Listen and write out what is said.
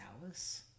Dallas